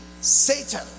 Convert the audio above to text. Satan